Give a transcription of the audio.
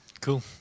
Cool